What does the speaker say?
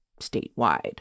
statewide